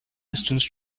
distance